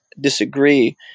disagree